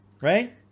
right